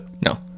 No